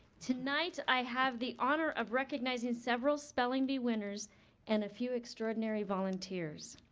tonight i have the honor of recognizing several spelling bee winners and a few extraordinary volunteers.